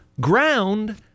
ground